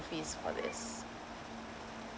fees for this.